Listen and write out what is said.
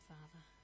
Father